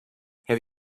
have